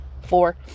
four